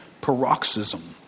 paroxysm